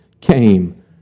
came